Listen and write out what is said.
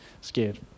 scared